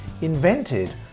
invented